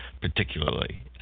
particularly